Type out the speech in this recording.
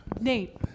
nate